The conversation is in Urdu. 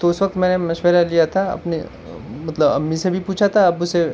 تو اس وقت میں نے مشورہ لیا تھا اپنے مطلب امی سے بھی پوچھا تھا ابو سے